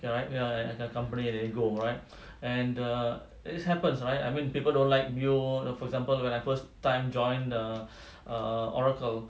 ya right ya as a company they go right and err this happens right I mean people don't like you know for example when I first time join the err Oracle